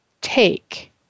take